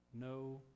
no